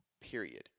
period